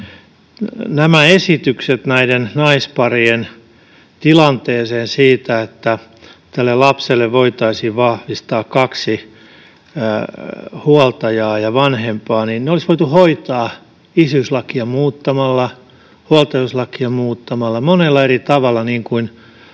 nämä esitykset liittyen näiden naisparien tilanteeseen, että tälle lapselle voitaisiin vahvistaa kaksi huoltajaa ja vanhempaa, olisi voitu hoitaa isyyslakia muuttamalla, huoltajuuslakia muuttamalla, monella eri tavalla, niin kuin